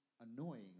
Annoying